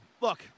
look